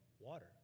water